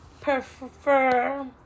prefer